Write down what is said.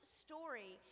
story